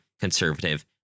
conservative